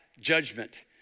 judgment